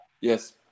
Yes